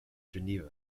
geneva